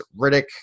Riddick